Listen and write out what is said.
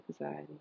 anxiety